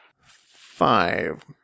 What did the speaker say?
Five